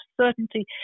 certainty